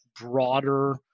broader